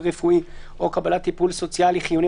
או קבלת טיפול סוציאלי חיוני,